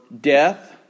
death